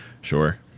Sure